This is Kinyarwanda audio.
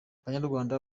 banyarwanda